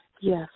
Yes